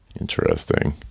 interesting